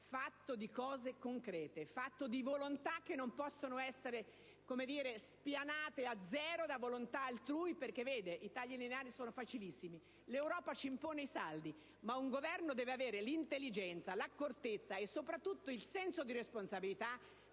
fatto di cose concrete, di volontà che non possono essere spianate a zero da volontà altrui. I tagli lineari sono facilissimi: l'Europa ci impone i saldi; ma un Governo deve avere l'intelligenza, l'accortezza e soprattutto il senso di responsabilità